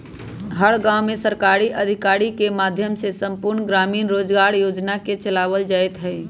हर गांव में सरकारी अधिकारियन के माध्यम से संपूर्ण ग्रामीण रोजगार योजना के चलावल जयते हई